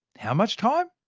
how much time?